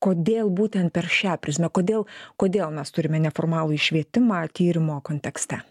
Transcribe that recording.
kodėl būtent per šią prizmę kodėl kodėl mes turime neformalųjį švietimą tyrimo kontekste